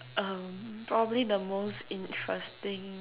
um probably the most interesting